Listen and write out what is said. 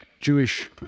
Jewish